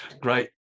Great